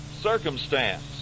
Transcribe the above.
circumstance